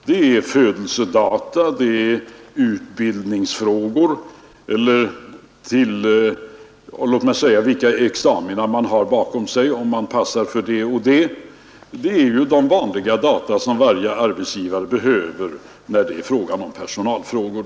Det är födelsedata, utbildningsfrägor — t.ex. vilka examina man har bakom sig, om man passar till det och det. Det är ju de vanliga data som varje arbetsgivare behöver när det är fråga om personalärenden.